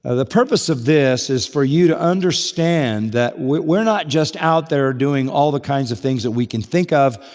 ah the purpose of this is for you to understand that we're not just out there doing all the kinds of things that we can think of,